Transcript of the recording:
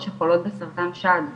אני